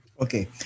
Okay